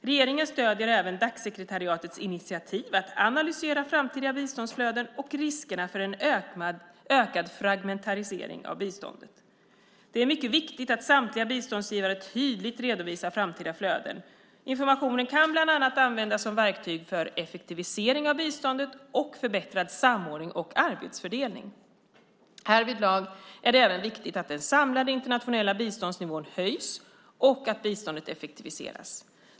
Regeringen stöder även Dac-sekretariatets initiativ att analysera framtida biståndsflöden och riskerna för en ökad fragmentering av biståndet. Det är mycket viktigt att samtliga biståndsgivare tydligt redovisar framtida flöden. Informationen kan bland annat användas som verktyg för effektivisering av biståndet och förbättrad samordning och arbetsfördelning. Härvidlag är det även viktigt att den samlade internationella biståndsnivån höjs och att biståndet effektiviseras.